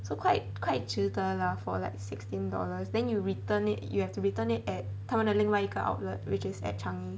so quite quite 值得 lah for like sixteen dollars then you return it you have to return it at 它们的另外一个 outlet which is at changi